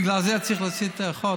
בגלל זה צריך להעביר חוק?